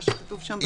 מה שכתוב שם בחוק.